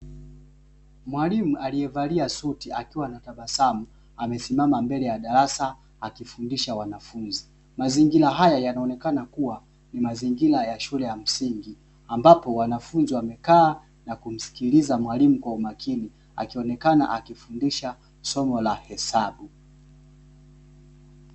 Mwalimu aliyevalia suti akiwa ametabasamu anafundisha mazingira haya yanaonyesha n mazingira ya shule ya msingi wanafunzi wamekaa mwalimu akifundisha somo la hesabu